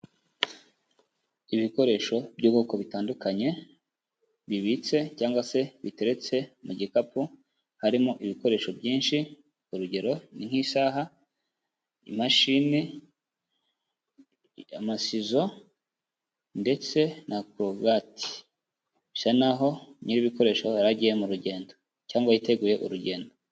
Ibikoresho by'ubwoko butandukanye bibitse cyangwa se biteretse mu gikapu harimo ibikoresho byinshi urugero ni nk'isaha, imashini, amasizo ndetse na korogate, bisa naho nyir'ibikoresho hari aho yari agiye mu rugendo cyangwa yiteguye urugendo.